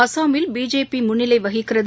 அசாமில் பிஜேபி முன்னிலை வகிக்கிறது